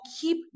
keep